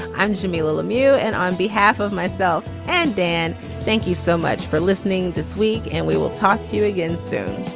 i'm jamilah lemieux and on behalf of myself and dan thank you so much for listening this week. and we will talk to you again soon